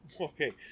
Okay